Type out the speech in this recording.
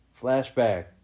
Flashback